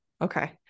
okay